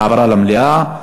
העברה למליאה.